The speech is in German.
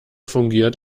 fungiert